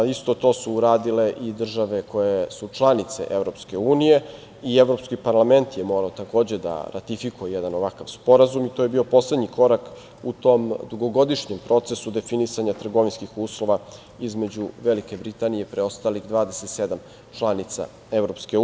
Isto to su uradile i države koje su članice EU i Evropski parlament je morao takođe da ratifikuje jedan ovakav sporazum i to je bio poslednji korak u tom dugogodišnjem procesu definisanja trgovinskih uslova između Velike Britanije i preostalih 27 članica EU.